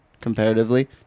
comparatively